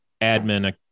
admin